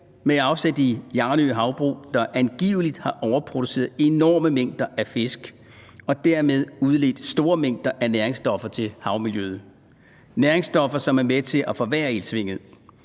med afsæt i Hjarnø Havbrug, der angiveligt har ovreproduceret enorme mængder af fisk og dermed udledt store mængder af næringsstoffer til havmiljøet. Det er næringsstoffer, som er med til at forværre iltsvindet.